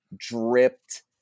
dripped